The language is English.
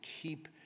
keep